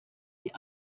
die